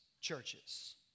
churches